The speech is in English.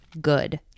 good